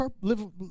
live